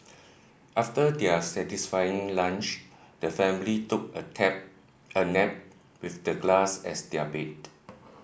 after their satisfying lunch the family took a tap a nap with the grass as their bed